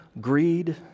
greed